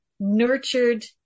nurtured